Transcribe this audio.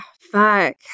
Fuck